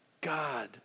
God